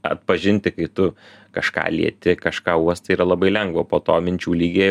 atpažinti kai tu kažką lieti kažką uostai yra labai lengva o po to minčių lygyje